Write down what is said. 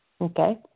Okay